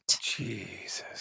Jesus